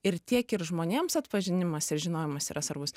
ir tiek ir žmonėms atpažinimas ir žinojimas yra svarbus